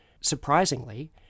surprisingly